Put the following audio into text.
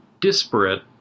disparate